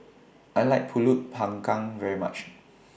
I like Pulut Panggang very much